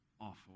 awful